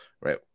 Right